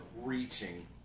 reaching